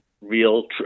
real